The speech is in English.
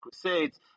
Crusades